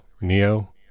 Neo